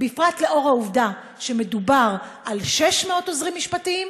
בפרט לאור העובדה שמדובר ב-600 עוזרים משפטיים,